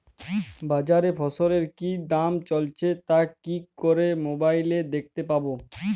বাজারে ফসলের কি দাম চলছে তা কি করে মোবাইলে দেখতে পাবো?